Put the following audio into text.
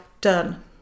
done